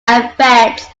affects